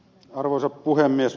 arvoisa puhemies